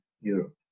Europe